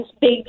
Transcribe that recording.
big